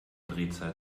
drehzahl